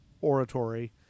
oratory